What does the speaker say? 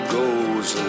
goes